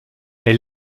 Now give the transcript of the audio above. elle